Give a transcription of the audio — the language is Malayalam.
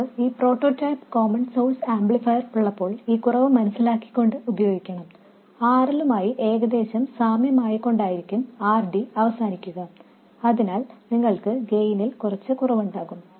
നമുക്ക് ഈ പ്രോട്ടോടൈപ്പ് കോമൺ സോഴ്സ് ആംപ്ലിഫയർ ഉള്ളപ്പോൾ ഈ കുറവ് മനസിലാക്കികൊണ്ട് ഉപയോഗിക്കണം RL മായി ഏകദേശം സാമ്യമായിക്കൊണ്ടായിരിക്കും RD അവസാനിക്കുക അതിനാൽ നിങ്ങൾക്ക് ഗെയിനിൽ കുറച്ച് കുറവുണ്ടാകും